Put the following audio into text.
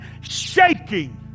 shaking